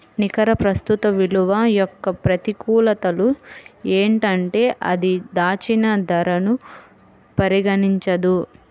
నికర ప్రస్తుత విలువ యొక్క ప్రతికూలతలు ఏంటంటే అది దాచిన ధరను పరిగణించదు